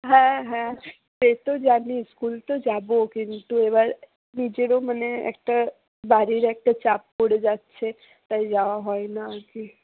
হ্যাঁ হ্যাঁ সে তো জানি স্কুল তো যাব কিন্তু এবার নিজেরও মানে একটা বাড়ির একটা চাপ পড়ে যাচ্ছে তাই যাওয়া হয় না আর কি